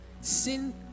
sin